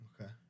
okay